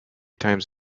times